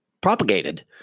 propagated